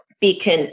Beacon